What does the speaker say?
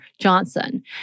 Johnson